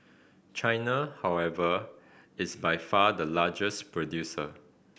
China however is by far the largest producer